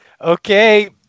Okay